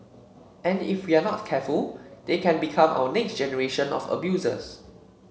and if we are not careful they can become our next generation of abusers